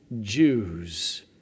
Jews